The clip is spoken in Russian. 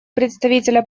представителя